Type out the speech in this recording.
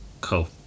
Cool